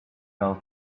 fell